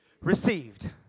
received